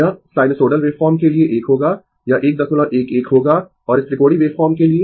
यह sinusoidal waveform के लिए 1 होगा यह 111 होगा और इस त्रिकोणीय वेवफॉर्म के लिए